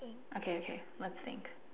okay okay let's think